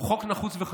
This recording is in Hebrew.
הוא חוק נחוץ וחשוב.